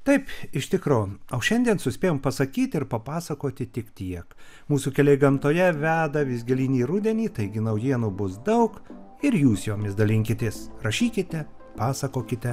taip iš tikro o šiandien suspėjom pasakyt ir papasakoti tik tiek mūsų keliai gamtoje veda vis gilyn į rudenį taigi naujienų bus daug ir jūs jomis dalinkitės rašykite pasakokite